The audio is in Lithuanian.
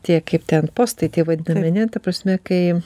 tie kaip ten postai tie vadinami ane ta prasme kai